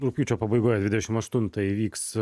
rugpjūčio pabaigoje dvidešim aštuntąją įvyks